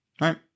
right